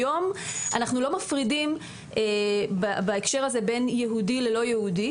היום אנחנו לא מפרידים הקשר הזה בין יהודי ללא יהודי.